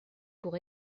pour